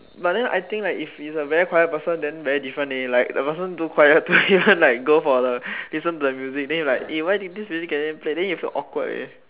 but then I think like if is a very quiet person then very different eh like the person too quiet to even like go for the listen to the music then you like eh why then you feel awkward eh